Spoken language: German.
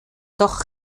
doch